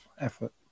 effort